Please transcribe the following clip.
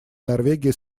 норвегии